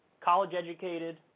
College-educated